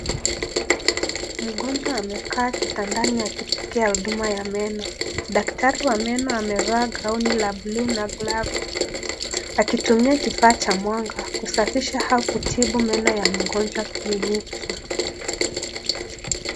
Mgonjwa amekaa kitandani akipokea huduma ya meno. Daktari wa meno amevaa gauni la bluu na glavu, akitumia kifaa cha mwanga kusafisha au kutibu meno ya mgonjwa kliniki.